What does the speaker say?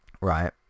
right